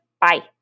Bye